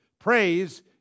Praise